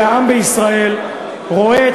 "הרוב המכריע של העם בישראל רואה את